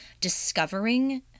discovering